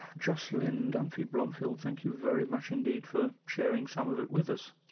jocelyn dunphy-blomfield, thank you very much indeed for sharing some of it with us.